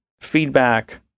feedback